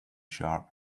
sharp